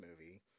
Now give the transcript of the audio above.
movie